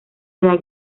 edad